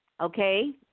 Okay